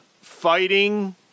fighting